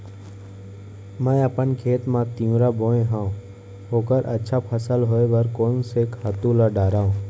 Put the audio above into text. मैं अपन खेत मा तिंवरा बोये हव ओखर अच्छा फसल होये बर कोन से खातू ला डारव?